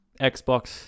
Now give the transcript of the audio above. Xbox